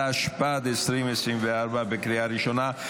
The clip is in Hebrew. התשפ"ד 2024, בקריאה ראשונה.